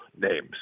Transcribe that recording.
names